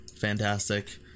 fantastic